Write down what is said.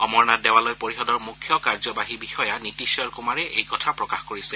অমৰনাথ দেৱালয় পৰিষদৰ মুখ্য কাৰ্যবাহী বিষয়া নীতিশ্বৰ কুমাৰে এই কথা প্ৰকাশ কৰিছে